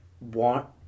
want